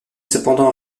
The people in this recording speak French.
cependant